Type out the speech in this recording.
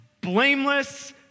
blameless